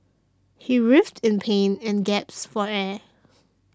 he writhed in pain and gasped for air